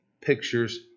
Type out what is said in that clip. pictures